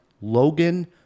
Logan